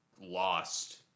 lost